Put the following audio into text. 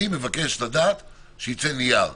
אני מבקש לדעת שיצא נייר,